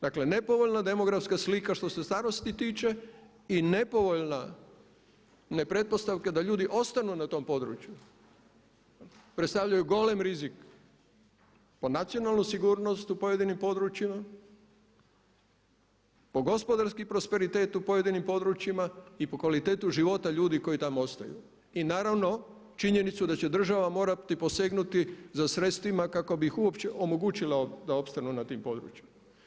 Dakle, nepovoljna demografska slika što se starosti tiče i nepovoljna ne pretpostavka da ljudi ostanu na tom podruju, predstavljaju golem rizik po nacionalnu sigurnost u pojedinim područjima, po gospodarski prosperitet u pojedinim područjima i po kvalitetu života ljudi koji tamo ostaju i naravno činjenicu da će država morati posegnuti za sredstvima kako bi uopće omogućila da opstanu na tim područjima.